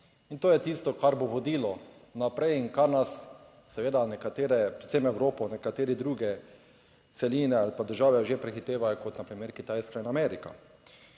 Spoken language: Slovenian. In to je tisto kar bo vodilo naprej in kar nas seveda, nekatere predvsem Evropo, nekatere druge celine ali pa države že prehitevajo, kot na primer Kitajska in Amerika.